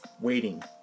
waiting